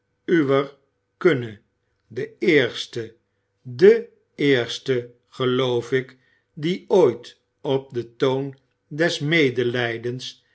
uwer kunne de eerste de eerste geloof ik die ooit op den toon des medelijdens